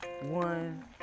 one